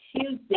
Tuesday